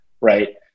right